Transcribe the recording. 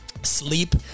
sleep